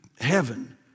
Heaven